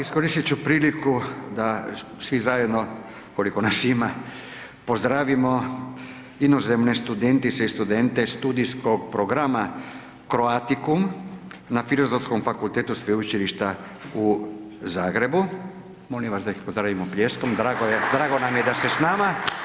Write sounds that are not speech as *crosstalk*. Iskoristit ću priliku da svi zajedno, koliko nas ima, pozdravimo inozemne studentice i studente studijskog programa Croaticum na Filozofskom fakulteta Sveučilišta u Zagrebu, molim vas da ih pozdravimo pljeskom. … *applause* Drago nam je da ste s nama.